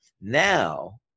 Now